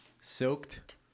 soaked